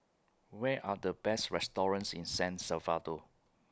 Where Are The Best restaurants in San Salvador